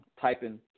typing